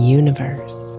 universe